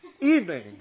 evening